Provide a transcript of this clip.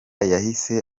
yahise